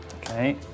Okay